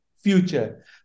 future